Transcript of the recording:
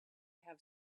have